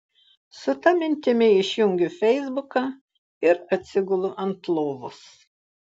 su ta mintimi išjungiu feisbuką ir atsigulu ant lovos